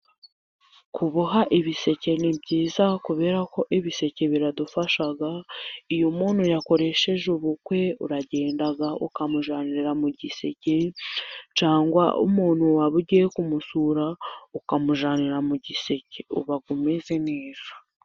Kuboha ibiseke ni byiza kubera ko ibiseke biradufasha. Iyo umuntu yakoresheje ubukwe, uragenda ukamujyanira mu giseke, cyangwa se umuntu waba ugiye kumusura, ukamujyanira mu giseke, uba umeze neza.